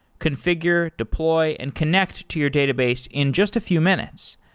confi gure, deploy and connect to your database in just a few minutes.